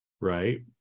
right